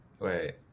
Wait